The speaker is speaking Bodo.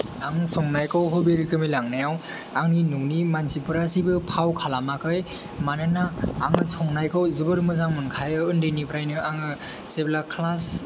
आं संनायखौ हबि रोखोमै लांनायाव आंनि ननि मानसिफोरा जेबो फाव खालामाखै मानोना आङो संनायखौ जोबोर मोजां मोनखायो ओन्दैनिफ्रायनो आङो जेब्ला ख्लास